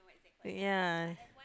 yea